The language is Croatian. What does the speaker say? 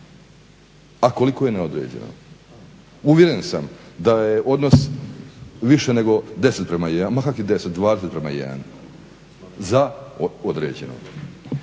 a koliko na određeno? Uvjeren sam da je odnos više nego 10:1, ma kakvi 10, 20:1 za određeno.